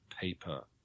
paper